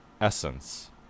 essence